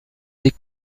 des